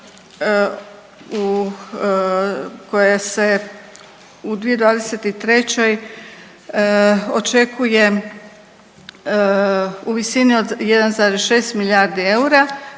koja se u 2023. očekuje u visini od 1,6 milijardi eura,